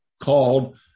called